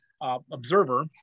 observer